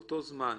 באותו זמן,